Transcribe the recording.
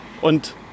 Und